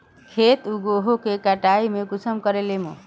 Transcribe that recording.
खेत उगोहो के कटाई में कुंसम करे लेमु?